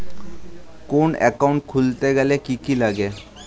কোন একাউন্ট খুলতে গেলে কি কি লাগে?